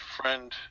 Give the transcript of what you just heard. friend